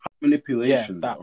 manipulation